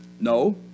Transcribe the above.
no